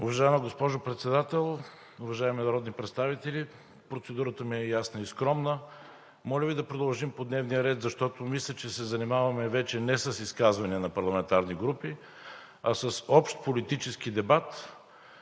Уважаема госпожо Председател, уважаеми народни представители! Процедурата ми е ясна и скромна – моля Ви да продължим по дневния ред, защото мисля, че се занимаваме вече не с изказвания на парламентарни групи, а с общ политически дебат